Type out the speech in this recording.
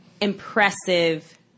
impressive